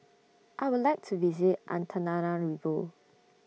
I Would like to visit Antananarivo